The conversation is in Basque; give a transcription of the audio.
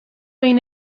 behin